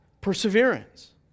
perseverance